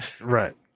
right